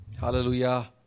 Hallelujah